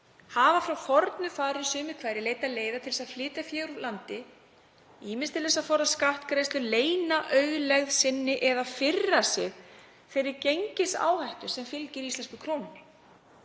hafa frá fornu fari sumir hverjir leitað leiða til þess að flytja fé úr landi, ýmist til þess að forðast skattgreiðslur, leyna auðlegð sinni eða firra sig þeirri gengisáhættu sem fylgir íslensku krónunni.“